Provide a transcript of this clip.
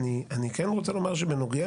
בנוגע